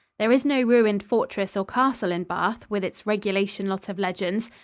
there is no ruined fortress or castle in bath, with its regulation lot of legends.